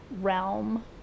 realm